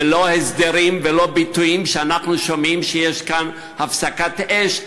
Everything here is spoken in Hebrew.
ולא הסדרים ולא ביטויים שאנחנו שומעים שיש כאן הפסקת אש,